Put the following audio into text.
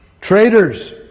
Traitors